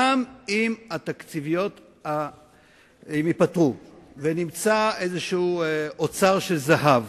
גם אם הן ייפתרו ונמצא איזה אוצר של זהב,